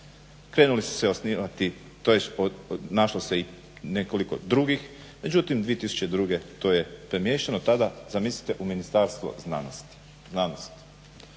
Krenuli su se osnivati tj. našlo se i nekoliko drugih, međutim 2002. to je premješteno tada zamislite u Ministarstvo znanosti